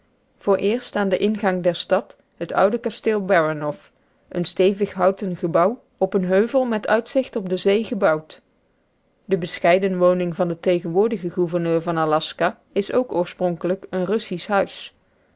vooreerst aan den ingang der stad het oude kasteel baranoff een stevig houten gebouw op een heuvel met uitzicht op de zee gebouwd de bescheiden woning van den tegenwoordigen gouverneur van aljaska is ook oorspronkelijk een russisch huis